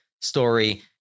story